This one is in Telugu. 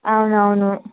అవునవును